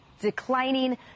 declining